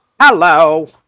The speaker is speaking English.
Hello